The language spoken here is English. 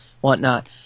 whatnot